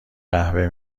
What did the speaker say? قهوه